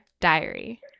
Diary